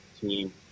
team